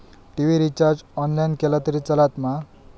TV recharge online केला तरी चलात मा?